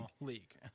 League